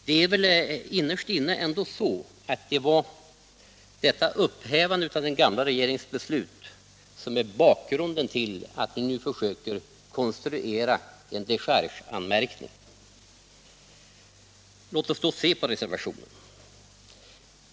Det är väl ändå när allt kommer omkring detta upphävande av den gamla regeringens beslut som är bakgrunden till att ni nu försöker konstruera en dechargeanmärkning. Låt oss då se på reservationen.